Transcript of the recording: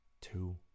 two